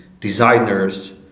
designers